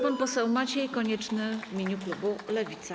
Pan poseł Maciej Konieczny w imieniu klubu Lewica.